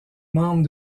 membre